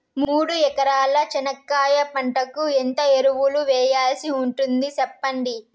మూడు ఎకరాల చెనక్కాయ పంటకు ఎంత ఎరువులు వేయాల్సి ఉంటుంది సెప్పండి?